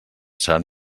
seran